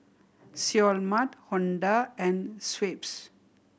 Seoul Mart Honda and Schweppes